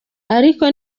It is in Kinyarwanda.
ariko